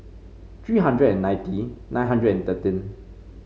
three hundred and ninety nine hundred and thirteen